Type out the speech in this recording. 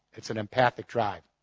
it's an empathic drive.